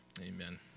Amen